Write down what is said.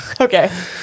Okay